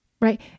right